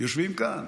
יושבים כאן,